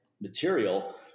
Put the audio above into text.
material